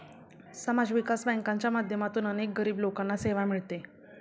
समाज विकास बँकांच्या माध्यमातून अनेक गरीब लोकांना सेवा मिळते